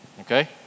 Okay